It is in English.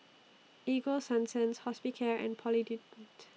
Ego Sunsense Hospicare and Polident